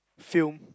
film